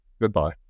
goodbye